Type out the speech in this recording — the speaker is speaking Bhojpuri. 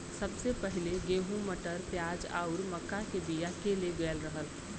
सबसे पहिले गेंहू, मटर, प्याज आउर मक्का के बिया के ले गयल रहल